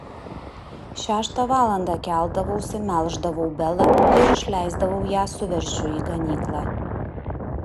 šeštą valandą keldavausi melždavau belą ir išleisdavau ją su veršiu į ganyklą